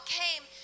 came